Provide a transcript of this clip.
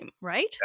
right